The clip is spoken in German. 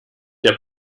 der